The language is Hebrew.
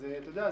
אז אתה יודע,